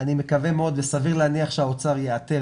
אני מקווה מאוד וסביר להניח שהאוצר ייעתר